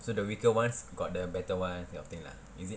so the weaker ones got them better ones that kind of things lah is it